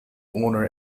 owner